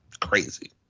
Crazy